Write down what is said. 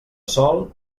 sol